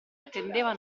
attendeva